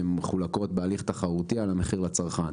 שמחולקות בהליך תחרותי על המחיר לצרכן.